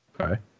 Okay